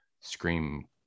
scream